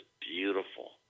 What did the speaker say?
beautiful